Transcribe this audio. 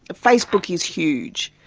ah facebook is huge.